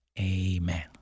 amen